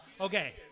okay